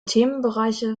themenbereiche